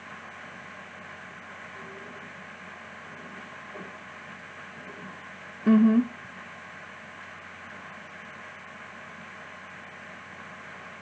mmhmm